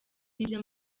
n’ibyo